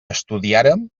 estudiàrem